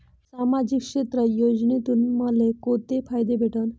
सामाजिक क्षेत्र योजनेतून मले कोंते फायदे भेटन?